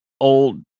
old